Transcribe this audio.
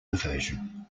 version